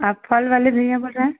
आप फल वाले भैया बोल रहें